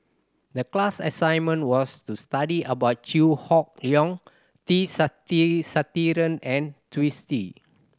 the class assignment was to study about Chew Hock Leong T and Twisstii